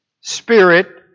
Spirit